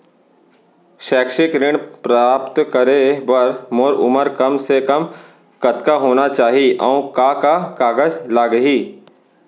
शैक्षिक ऋण प्राप्त करे बर मोर उमर कम से कम कतका होना चाहि, अऊ का का कागज लागही?